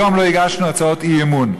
היום לא הגשנו הצעות אי-אמון.